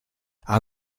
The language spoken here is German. aber